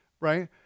right